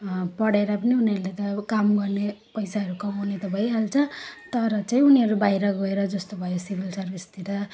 पढेर पनि उनीहरूले त अब काम गर्ने पैसाहरू कमाउने त भइहाल्छ तर चाहिँ उनीहरू बाहिर गएर जस्तो भयो सिभिल सर्भिसतिर